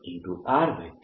dl0J